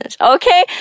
okay